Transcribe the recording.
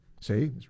See